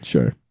Sure